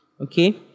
Okay